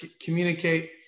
communicate